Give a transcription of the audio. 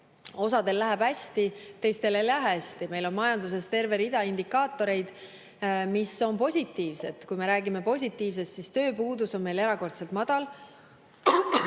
Osal läheb hästi, teistel ei lähe hästi. Meil on majanduses terve rida indikaatoreid, mis on positiivsed. Kui me räägime positiivsest, siis tööpuudus on meil erakordselt madal.